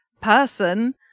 person